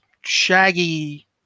shaggy